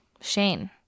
Shane